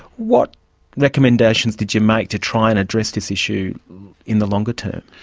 what recommendations did you make to try and address this issue in the longer term?